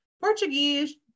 Portuguese